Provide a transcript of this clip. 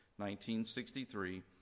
1963